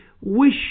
wish